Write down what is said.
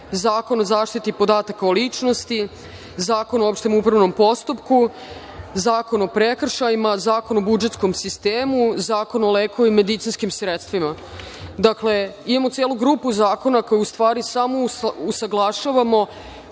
Zakon o zaštiti podataka o ličnosti, Zakon o opštem upravnom postupku, Zakon o prekršajima, Zakon o budžetskom sistemu, Zakon o leku i medicinskim sredstvima. Dakle, imamo celu grupu zakona koje samo usaglašavamo